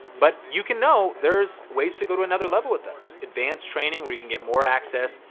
but you can know there's ways to go to another level with us. advanced training where you can get more access,